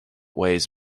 weighs